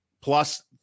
plus